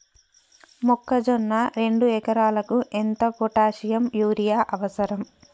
మొక్కజొన్న రెండు ఎకరాలకు ఎంత పొటాషియం యూరియా అవసరం?